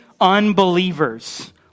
unbelievers